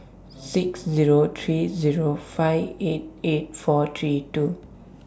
six Zero three Zero five eight eight four three two